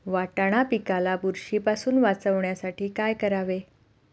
वाटाणा पिकाला बुरशीपासून वाचवण्यासाठी काय करावे?